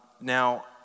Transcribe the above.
Now